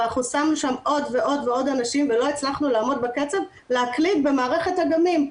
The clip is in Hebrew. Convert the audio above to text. אבל שמנו שם עוד ועוד אנשים ולא הצלחנו לעמוד בקצב להקליד במערכת אגמים,